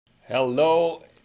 hello